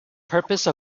purpose